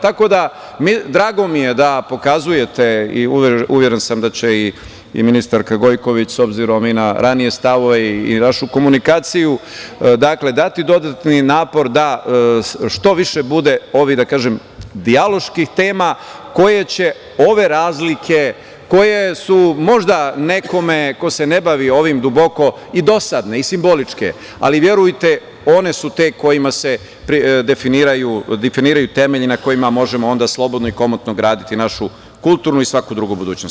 Tako da, drago mi je da pokazujete i uveren sam da će i ministarka Gojković, s obzirom i na ranije stavove i našu komunikaciju, dati dodatni napor da što više bude ovih dijaloških tema koje će ove razlike, koje su možda nekome ko se ne bavi ovim duboka i dosadne i simboličke, ali verujte one su te kojima se definišu temelji na kojima možemo onda slobodno i komotno graditi našu kulturnu i svaku drugu budućnost.